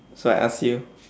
so I ask you